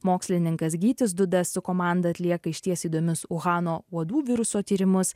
mokslininkas gytis dudas su komanda atlieka išties įdomius uhano uodų viruso tyrimus